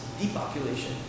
depopulation